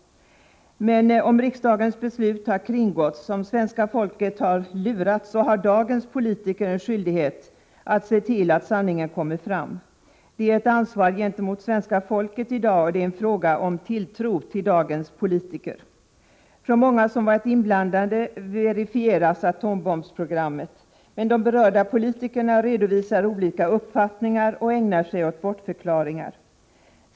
Men om riksdagens beslut har kringgåtts, om svenska folket lurats, så har dagens politiker en skyldighet att se till att sanningen kommer fram. Det är ett ansvar gentemot svenska folket i dag, och det är en fråga om tilltro till dagens politiker. Från många som varit inblandade verifieras atombombsprogrammet. Men de berörda politikerna redovisar olika uppfattningar och ägnar sig åt bortförklaringar.